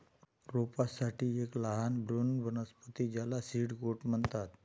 रोपांसाठी एक लहान भ्रूण वनस्पती ज्याला सीड कोट म्हणतात